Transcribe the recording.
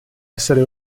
essere